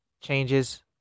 changes